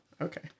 Okay